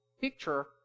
picture